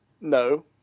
No